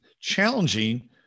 Challenging